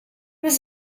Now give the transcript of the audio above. was